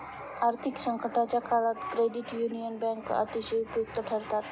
आर्थिक संकटाच्या काळात क्रेडिट युनियन बँका अतिशय उपयुक्त ठरतात